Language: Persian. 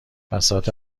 بساط